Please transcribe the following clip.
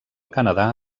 canadà